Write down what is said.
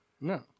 No